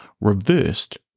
reversed